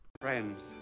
Friends